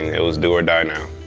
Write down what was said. it was do or die now.